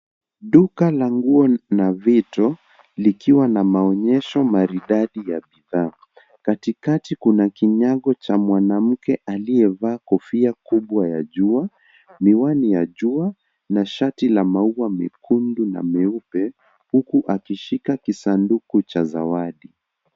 Duka la nguo na vitu likiwa na maonyesho maridadi ya vifaa. Katikati kuna kinyago cha mwanamke aliyevaa kofia kubwa ya jua, miwani ya jua na shati la maua mekundu na meupe huku akishika kisanduku cha zawadi.